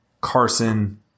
Carson